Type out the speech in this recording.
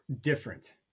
Different